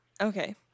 Okay